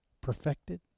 perfected